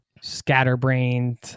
scatterbrained